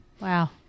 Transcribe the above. Wow